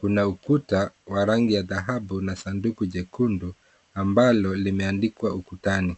kuna ukuta wa rangi ya dhahabu na sanduku jekundu ambalo limeandikwa ukutani.